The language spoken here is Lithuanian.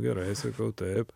gerai sakau taip